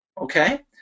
okay